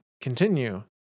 continue